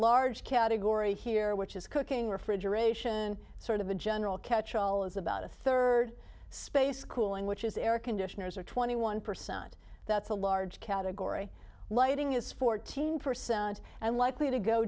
large category here which is cooking refrigeration sort of a general catchall is about a third space cooling which is air conditioners are twenty one percent that's a large category lighting is fourteen percent and likely to go